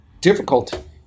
difficult